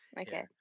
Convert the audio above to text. okay